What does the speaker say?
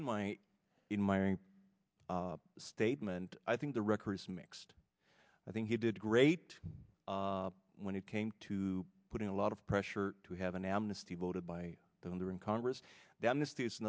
in my in my ring statement i think the record is mixed i think he did great when it came to putting a lot of pressure to have an amnesty voted by the mother in congress that this the